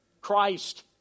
Christ